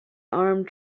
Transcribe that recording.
armed